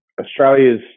australia's